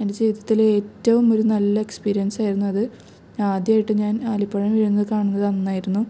എന്റെ ജീവിതത്തിലെ ഏറ്റവും ഒരു നല്ല എക്സ്പീരിയന്സായിരുന്നു അത് ആദ്യമായിട്ട് ഞാന് ആലിപ്പഴം വീഴുന്നത് കാണുന്നതന്നായിരുന്നു